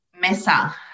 Mesa